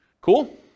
Cool